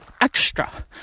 extra